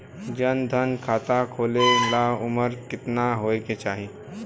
जन धन खाता खोले ला उमर केतना होए के चाही?